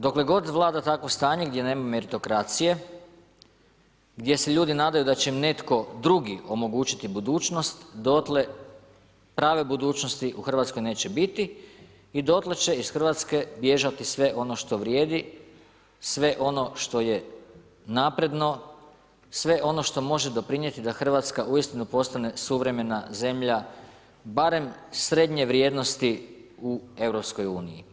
Dokle god vlada takvo stanje gdje nema meritokracije, gdje se ljudi nadaju da će im netko drugi omogućiti budućnost, dotle prave budućnosti u RH neće biti i dotle će iz RH bježati sve ono što vrijedi, sve ono što je napredno, sve ono što može doprinjeti da RH uistinu postane suvremena zemlja, barem srednje vrijednosti u EU.